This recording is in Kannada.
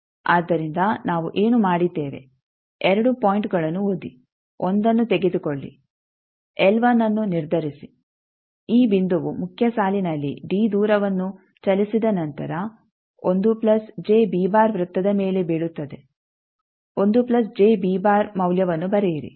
ಆದ್ದರಿಂದ ನಾವು ಏನು ಮಾಡಿದ್ದೇವೆ 2 ಪಾಯಿಂಟ್ಗಳನ್ನು ಓದಿ 1ಅನ್ನು ತೆಗೆದುಕೊಳ್ಳಿ ಎಲ್ 1 ಅನ್ನು ನಿರ್ಧರಿಸಿ ಈ ಬಿಂದುವು ಮುಖ್ಯ ಸಾಲಿನಲ್ಲಿ ಡಿ ದೂರವನ್ನು ಚಲಿಸಿದ ನಂತರ ವೃತ್ತದ ಮೇಲೆ ಬೀಳುತ್ತದೆ ಮೌಲ್ಯವನ್ನು ಬರೆಯಿರಿ